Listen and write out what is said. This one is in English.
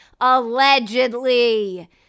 Allegedly